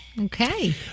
Okay